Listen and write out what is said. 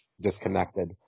disconnected